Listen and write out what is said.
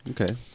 Okay